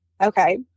Okay